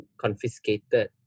confiscated